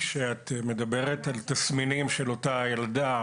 כשאת מדברת על תסמינים של אותה ילדה